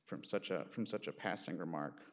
from such a from such a passing remark